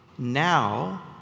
Now